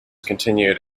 continued